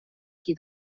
qui